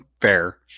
Fair